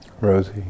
Rosie